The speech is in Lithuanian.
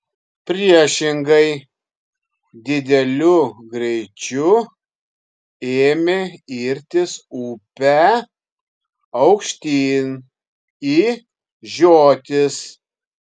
priešingai dideliu greičiu ėmė irtis upe aukštyn į žiotis